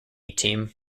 team